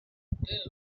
boomed